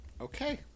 Okay